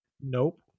Nope